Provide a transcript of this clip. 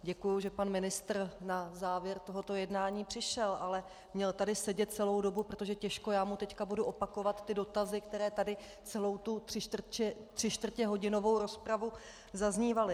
Děkuji, že pan ministr na závěr tohoto jednání přišel, ale měl tady sedět celou dobu, protože těžko já mu teď budu opakovat ty dotazy, které tady celou tu třičtvrtěhodinovou rozpravu zaznívaly.